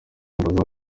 indirimbo